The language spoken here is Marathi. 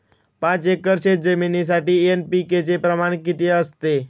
पाच एकर शेतजमिनीसाठी एन.पी.के चे प्रमाण किती असते?